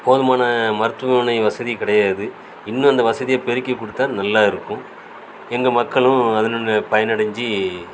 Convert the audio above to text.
போதுமான மருத்துவமனை வசதி கிடையாது இன்னும் அந்த வசதியை பெருக்கி கொடுத்தா நல்லா இருக்கும் எங்கள் மக்களும் அதனால் பயனடஞ்சு